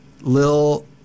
Lil